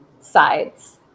sides